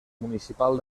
municipal